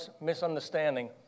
misunderstanding